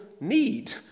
need